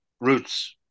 roots